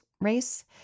race